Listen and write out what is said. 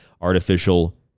Artificial